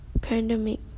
pandemic